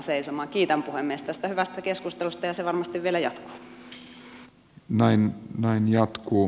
kiitän puhemies tästä hyvästä keskustelusta ja se varmasti vielä jatkuu